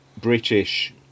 British